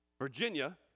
Virginia